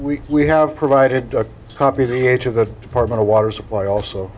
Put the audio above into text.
we we have provided a copy to each of the department of water supply also